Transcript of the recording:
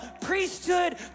priesthood